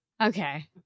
okay